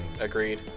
Agreed